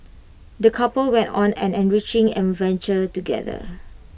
the couple went on an enriching adventure together